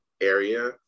area